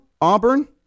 Auburn